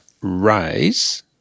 raise